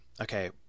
Okay